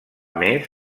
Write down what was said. més